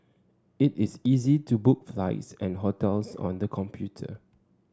it is easy to book flights and hotels on the computer